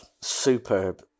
superb